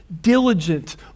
diligent